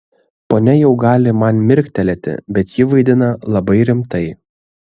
ponia jau gali man mirktelėti bet ji vaidina labai rimtai